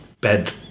bed